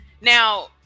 Now